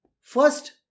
First